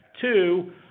Two